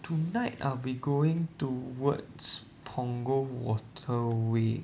tonight I'll be going towards Punggol waterway